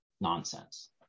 nonsense